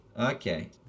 okay